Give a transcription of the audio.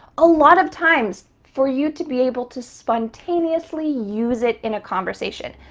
a lot of times for you to be able to spontaneously use it in a conversation.